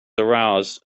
aroused